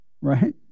Right